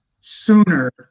sooner